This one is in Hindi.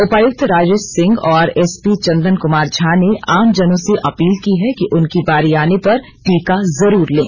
उपायुक्त राजेश सिंह और एसपी चंदन कुमार झा ने आमजनों अपील की है कि उनकी बारी आने पर टीका जरूर लें